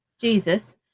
jesus